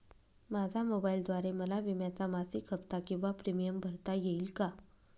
माझ्या मोबाईलद्वारे मला विम्याचा मासिक हफ्ता किंवा प्रीमियम भरता येईल का?